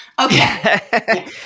Okay